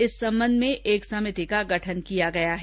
इस संबंध में एक समिति का गठन किया गया है